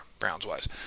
Browns-wise